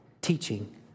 teaching